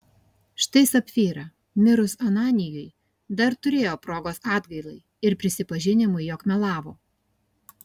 štai sapfyra mirus ananijui dar turėjo progos atgailai ir prisipažinimui jog melavo